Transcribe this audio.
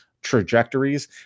trajectories